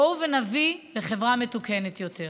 בואו ונביא לחברה מתוקנת יותר.